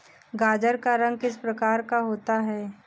गाजर का रंग किस प्रकार का होता है?